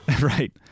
Right